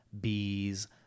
bees